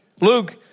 Luke